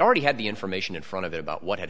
already had the information in front of the about what had